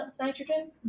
nitrogen